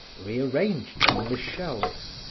re-arranged them on the shelves,